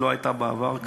היא לא הייתה בעבר כך,